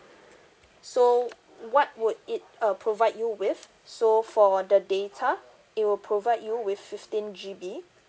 so what would it uh provide you with so for the data it will provide you with fifteen G_B